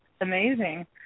amazing